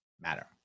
matter